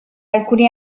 alcuni